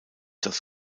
das